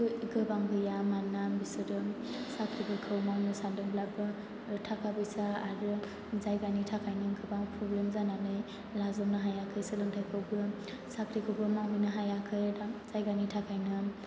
गोबां गैया मानोना बिसोरो साख्रिफोरखौ मावनो सानदोंब्लाबो थाखा फैसा आरो जायगानि थाखायनो गोबां प्रब्लेम जानानै लाजोबनो हायाखै सोलोंथायखौबो साख्रिखौबो मावहैनो हायाखै जायगानि थाखायनो